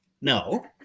no